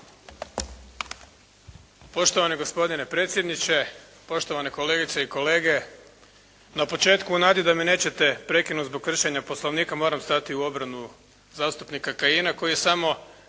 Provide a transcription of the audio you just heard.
Poštovani gospodine predsjedniče, poštovane kolegice i kolege. Na početku u nadi da me nećete prekinuti zbog kršenja Poslovnika moram stati u obranu zastupnika Kajina koji je samo